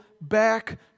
back